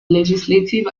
legislative